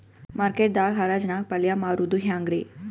Market ದಾಗ್ ಹರಾಜ್ ನಾಗ್ ಪಲ್ಯ ಮಾರುದು ಹ್ಯಾಂಗ್ ರಿ?